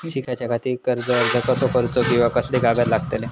शिकाच्याखाती कर्ज अर्ज कसो करुचो कीवा कसले कागद लागतले?